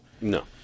No